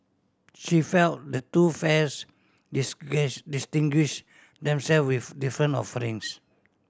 she felt the two fairs distinguish themself with different offerings